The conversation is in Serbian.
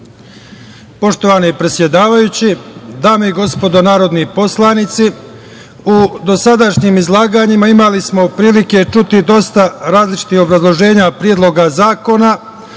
Poštovani predsedavajući, dame i gospodo narodni poslanici, u dosadašnjim izlaganjima imali smo prilike čuti dosta različitih obrazloženja Predloga zakona. Ono